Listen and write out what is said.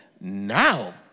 Now